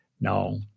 no